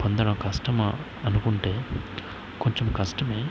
పొందడం కష్టమా అనుకుంటే కొంచం కష్టమే